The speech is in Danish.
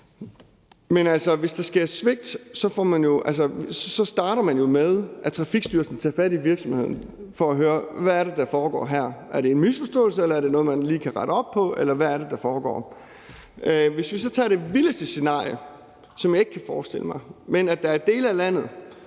hvis der sker svigt, starter man jo med, at Trafikstyrelsen tager fat i virksomheden for at høre, hvad det er, der foregår: Er det en misforståelse, eller er det noget, man lige kan rette op på, eller hvad er det, der foregår? Hvis vi så tager det vildeste scenarie, som jeg ikke kan forestille mig, men at der er dele af landet,